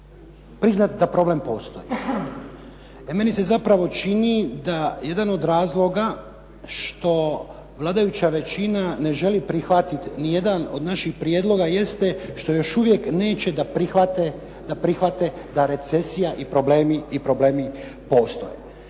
priznati da problem postoji. Meni se zapravo čini da jedan od razloga što vladajuća većina ne želi prihvatiti nijedan od naših prijedloga jeste što još uvijek neće da prihvate da recesija i problemi postoje.